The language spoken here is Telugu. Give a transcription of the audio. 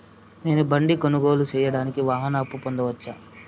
నేను బండి కొనుగోలు సేయడానికి వాహన అప్పును పొందవచ్చా?